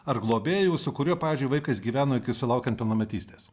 ar globėjų su kuriuo pavyzdžiui vaikas gyveno iki sulaukiant pilnametystės